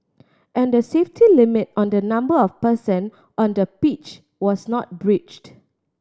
and the safety limit on the number of person on the pitch was not breached